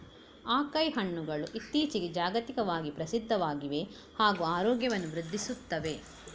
acai ಹಣ್ಣುಗಳು ಇತ್ತೀಚಿಗೆ ಜಾಗತಿಕವಾಗಿ ಪ್ರಸಿದ್ಧವಾಗಿವೆ ಹಾಗೂ ಆರೋಗ್ಯವನ್ನು ವೃದ್ಧಿಸುತ್ತವೆ